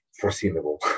foreseeable